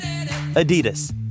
adidas